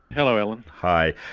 hello, alan. hi.